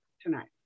tonight